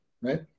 Right